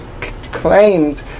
claimed